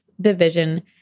division